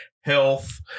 health